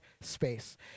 space